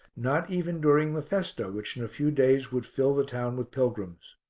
not even during the festa which in a few days would fill the town with pilgrims.